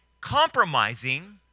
compromising